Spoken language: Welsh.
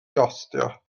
gostio